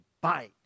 bite